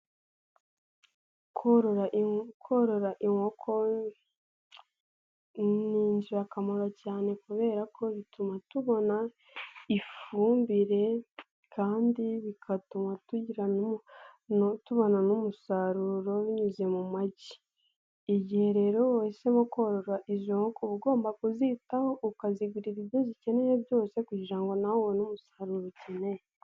Korora inkoko ni ingirakamaro cyane kubera ko bituma tubona ifumbire kandi bigatuma tugira, tubona n'umusaruro binyuze mu magi, igihe rero wahisemo korora izo nkoko uba ugomba kuzitaho ukazigurira ibyo zikeneye byose kugira ngo nawe ubone umusaruro ukeneye.